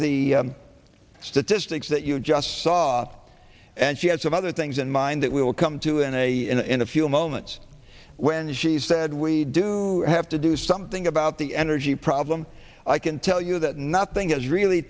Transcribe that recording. the statistics that you just saw and she had some other things in mind that will come to an a in a few moments when she said we do have to do something about the energy problem i can tell you that nothing has really